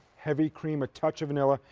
heavy cream, a touch of vanilla.